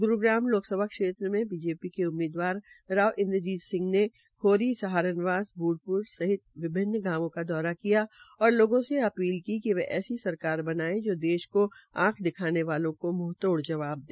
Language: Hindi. गुरूग्राम लोकसभा क्षेत्र से बीजेपी के उम्मीदवार राव इन्द्रजीत सिंह ने खोरी सहारनवास ब्ड़प्र सहित विभिन्न गांवों का दौरा किया और लोगों से अपीली की कि वे ऐसी सरकार बनाये जो देश को आंख दिखाने वालों को मूंह तोड़ जवाब दे